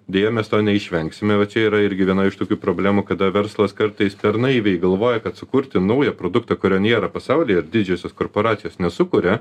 deja mes to neišvengsime va čia yra irgi viena iš tokių problemų kada verslas kartais per naiviai galvoja kad sukurti naują produktą kurio nėra pasaulyje ir didžiosios korporacijos nesukuria